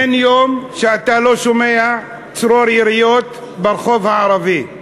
אין יום שאתה לא שומע צרור יריות ברחוב הערבי.